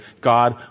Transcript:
God